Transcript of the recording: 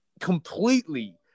completely